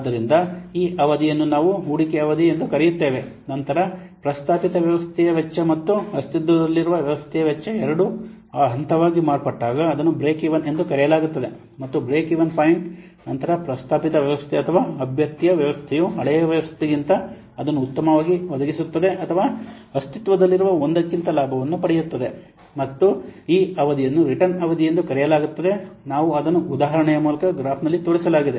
ಆದ್ದರಿಂದ ಈ ಅವಧಿಯನ್ನು ನಾವು ಹೂಡಿಕೆ ಅವಧಿ ಎಂದು ಕರೆಯುತ್ತೇವೆ ನಂತರ ಪ್ರಸ್ತಾಪಿತ ವ್ಯವಸ್ಥೆಯ ವೆಚ್ಚ ಮತ್ತು ಅಸ್ತಿತ್ವದಲ್ಲಿರುವ ವ್ಯವಸ್ಥೆಯ ವೆಚ್ಚ ಎರಡೂ ಆ ಹಂತವಾಗಿ ಮಾರ್ಪಟ್ಟಾಗ ಅದನ್ನು ಬ್ರೇಕ್ ಈವನ್ ಎಂದು ಕರೆಯಲಾಗುತ್ತದೆ ಮತ್ತು ಬ್ರೇಕ್ ಈವನ್ ಪಾಯಿಂಟ್ ನಂತರ ಪ್ರಸ್ತಾಪಿತ ವ್ಯವಸ್ಥೆ ಅಥವಾ ಅಭ್ಯರ್ಥಿ ವ್ಯವಸ್ಥೆಯು ಹಳೆಯ ವ್ಯವಸ್ಥೆಗಿಂತ ಅದನ್ನು ಉತ್ತಮವಾಗಿ ಒದಗಿಸುತ್ತದೆ ಅಥವಾ ಅಸ್ತಿತ್ವದಲ್ಲಿರುವ ಒಂದಕ್ಕಿಂತ ಲಾಭವನ್ನು ಪಡೆಯುತ್ತದೆ ಮತ್ತು ಈ ಅವಧಿಯನ್ನು ರಿಟರ್ನ್ ಅವಧಿ ಎಂದು ಕರೆಯಲಾಗುತ್ತದೆ ನಾವು ಅದನ್ನು ಉದಾಹರಣೆಯ ಮೂಲಕ ಗ್ರಾಫ್ ನಲ್ಲಿ ತೋರಿಸಲಾಗಿದೆ